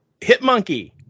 Hitmonkey